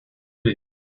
week